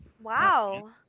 Wow